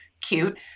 cute